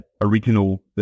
original